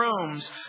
rooms